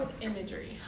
imagery